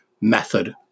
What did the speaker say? method